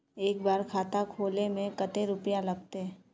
एक बार खाता खोले में कते रुपया लगते?